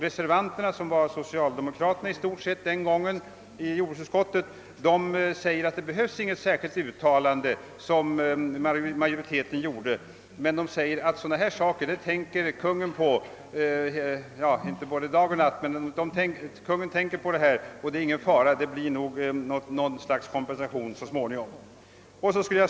Reservanterna som i stort sett var socialdemokrater den gången sade, att det inte behövdes något särskilt uttalande, vilket majoriteten gjort, utan ansåg att Kungl. Maj:t ändå tänkte på sådana här frågor och att det inte var någon fara för att det inte så småningom skulle bli något slags kompensation.